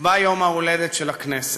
נקבע יום ההולדת של הכנסת.